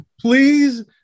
Please